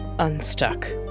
Unstuck